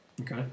Okay